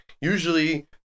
usually